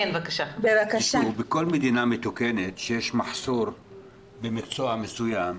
בכל מדינה מתוקנת שיש מחסור במקצוע מסוים,